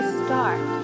start